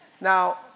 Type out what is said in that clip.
Now